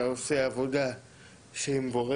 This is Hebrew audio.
אתה עושה עבודה מבורכת